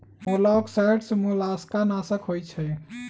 मोलॉक्साइड्स मोलस्का नाशक होइ छइ